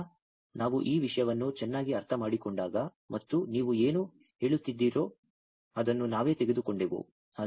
ಆದ್ದರಿಂದ ನಾವು ಈ ವಿಷಯವನ್ನು ಚೆನ್ನಾಗಿ ಅರ್ಥಮಾಡಿಕೊಂಡಾಗ ಮತ್ತು ನೀವು ಏನು ಹೇಳುತ್ತಿದ್ದೀರೋ ಅದನ್ನು ನಾವು ತೆಗೆದುಕೊಂಡೆವು